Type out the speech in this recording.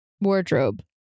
wardrobe